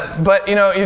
but you know,